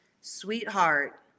sweetheart